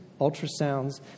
ultrasounds